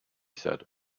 said